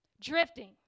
Drifting